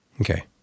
Okay